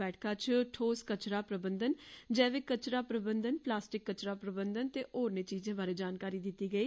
बैठका च ठोस कचरा प्रबंधन जैविक कचरा प्रबंधन प्लास्टि कचरा प्रबंधन ते होरने चीजें बारे जानकारी दित्ती गेई